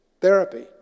therapy